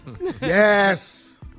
Yes